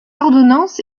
ordonnance